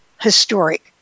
historic